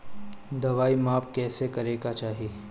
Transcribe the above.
दवाई माप कैसे करेके चाही?